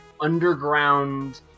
underground